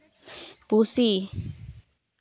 ᱯᱩᱥᱤ